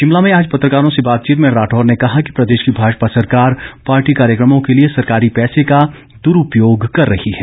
शिमला में आज पत्रकारों से बातचीत में राठौर ने कहा कि प्रदेश की भाजपा सरकार पार्टी कार्यक्रमों को लिए सरकारी पैसे का द्रूपयोग कर रही है